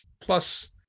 plus